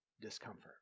discomfort